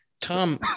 Tom